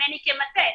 ממני כמטה.